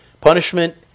punishment